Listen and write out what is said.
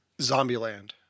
Zombieland